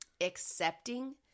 accepting